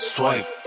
Swipe